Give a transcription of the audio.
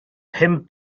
pum